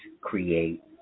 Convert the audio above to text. create